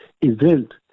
event